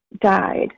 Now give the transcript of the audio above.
died